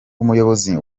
umuyobozi